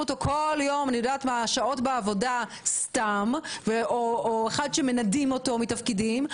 אותו כל יום שעות בעבודה סתם או אחד שמנדים אותו מתפקידם,